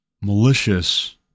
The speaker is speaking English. malicious